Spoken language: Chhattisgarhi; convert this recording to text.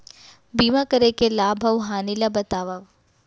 बीमा करे के लाभ अऊ हानि ला बतावव